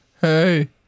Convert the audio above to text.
Hey